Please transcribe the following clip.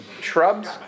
shrubs